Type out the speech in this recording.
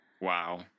Wow